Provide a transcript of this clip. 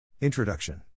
Introduction